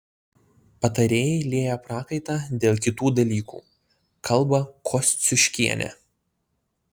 patarėjai lieja prakaitą dėl kitų dalykų kalba kosciuškienė